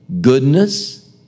goodness